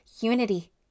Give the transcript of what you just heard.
unity